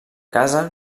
casa